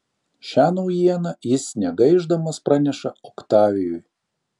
šią naujieną jis negaišdamas praneša oktavijui